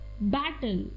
battle